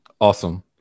Awesome